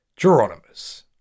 Geronimus